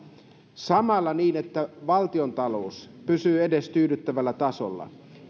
niin että samalla valtiontalous pysyy edes tyydyttävällä tasolla